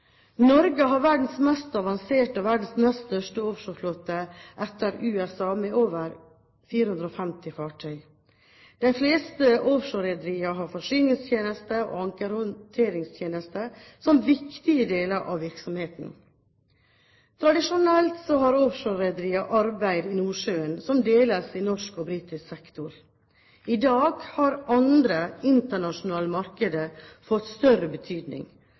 Norge har verdens mest avanserte og verdens nest største offshoreflåte etter USA, med over 450 fartøy. De fleste offshorerederiene har forsyningstjenester og ankerhåndteringstjenester som viktige deler av virksomheten. Tradisjonelt har offshorerederiene arbeidet i Nordsjøen, som deles i norsk og britisk sektor. I dag har andre internasjonale markeder fått større betydning.